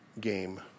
game